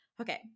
okay